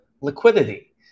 liquidity